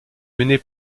menée